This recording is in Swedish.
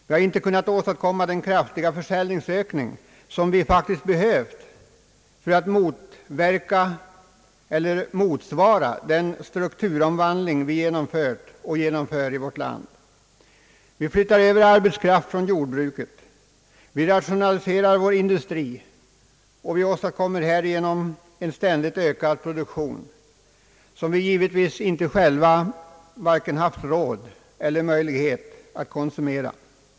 Vi har inte kunnat åstadkomma den kraftiga försäljningsökning som vi faktiskt behövt för att motsvara den strukturomvandling vi genomfört och genomför i vårt land. Vi flyttar över arbetskraft från jordbruket, vi rationaliserar vår industri och åstadkommer därmed en ständigt ökad produktion, som vi givetvis inte själva varken haft råd eller möjlighet att konsumera.